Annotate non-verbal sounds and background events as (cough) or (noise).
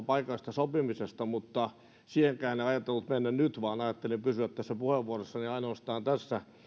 (unintelligible) paikallisesta sopimisesta mutta siihenkään en ajatellut mennä nyt vaan ajattelin pysyä tässä puheenvuorossani ainoastaan tässä